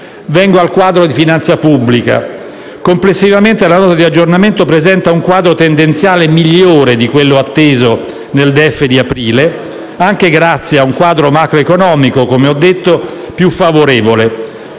Vengo al quadro di finanza pubblica. Complessivamente la Nota di aggiornamento presenta un quadro tendenziale migliore di quello atteso nel DEF di aprile, anche grazie a un quadro macroeconomico - come ho prima ricordato - più favorevole.